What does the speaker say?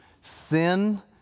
Sin